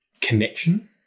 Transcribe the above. connection